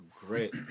great